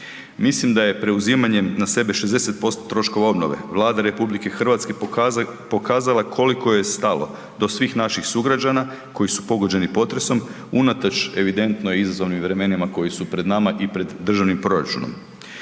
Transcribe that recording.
Mislim da je preuzimanjem na sebe 60% troškova obnove Vlada RH pokazala koliko joj je stalo do svih naših sugrađana koji su pogođeni potresom unatoč evidentno izazovnim vremenima koji su pred i pred državnim proračunom.